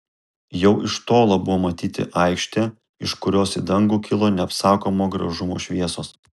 jau iš tolo buvo matyti aikštė iš kurios į dangų kilo neapsakomo gražumo šviesos